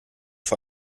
vor